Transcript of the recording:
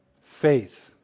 Faith